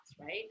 right